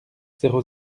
zéro